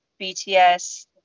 BTS